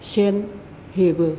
सेन हेबो